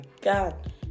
God